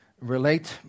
relate